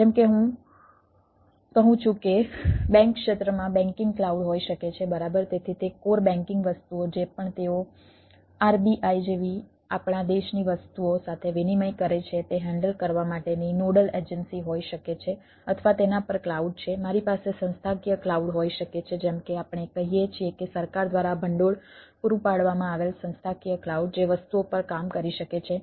જેમ હું કહું છું કે બેંક ક્ષેત્રમાં બેંકિંગ ક્લાઉડ હોઈ શકે છે